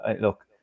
look